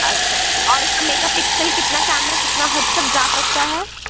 اچھا اور اُس كا میگا پكسل كتنا كیمرہ کتنا حد تک جا سکتا ہے